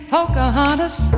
Pocahontas